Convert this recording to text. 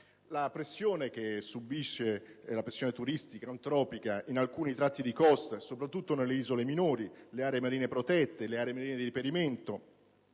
La pressione turistica e antropica che alcuni tratti di costa, soprattutto nelle isole minori, nelle aree marine protette e nelle aree marine di reperimento